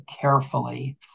carefully